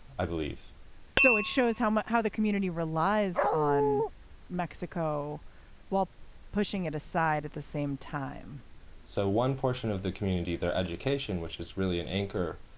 i believe so it shows how much how the community relies on mexico while pushing it aside at the same time so one portion of the community, their education, which is really an anchor,